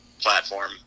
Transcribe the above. platform